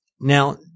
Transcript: Now